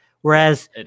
whereas